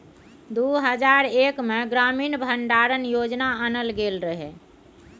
दु हजार एक मे ग्रामीण भंडारण योजना आनल गेल रहय